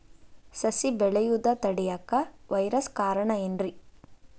ಸಸಿ ಬೆಳೆಯುದ ತಡಿಯಾಕ ವೈರಸ್ ಕಾರಣ ಏನ್ರಿ?